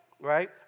right